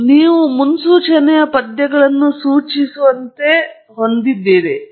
ನಂತರ ನೀವು ಮುನ್ಸೂಚನೆಯ ಪದ್ಯಗಳನ್ನು ಸೂಚಿಸುವಂತೆ ಹೊಂದಿದ್ದೀರಿ